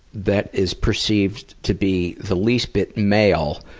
that is perceived to be the least bit male,